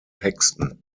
texten